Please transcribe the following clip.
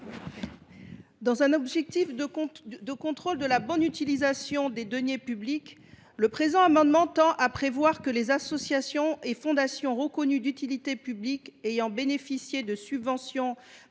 Ramia. Afin de veiller à la bonne utilisation des deniers publics, le présent amendement tend à prévoir que les associations et fondations reconnues d’utilité publique ayant bénéficié de subventions de